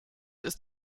ist